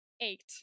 eight